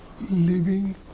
living